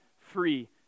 free